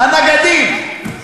הנגדים.